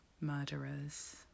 murderers